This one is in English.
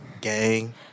Gang